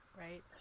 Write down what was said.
right